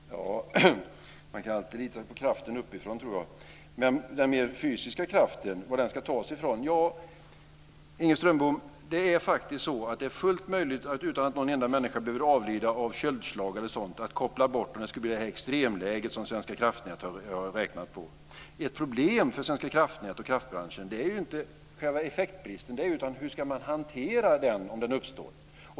Fru talman! Man kan alltid lita på kraften uppifrån, tror jag. På frågan var den mer fysiska kraften ska tas ifrån kan jag säga så här. Det är faktiskt så, Inger Strömbom, att det är fullt möjligt att koppla bort om det skulle bli det extremläge som Svenska kraftnät har räknat på, att utan att någon enda människa behöver avlida av köldslag. Ett problem för Svenska kraftnät och kraftbranschen är inte själva effektbristen utan hur man ska hantera den om den uppstår.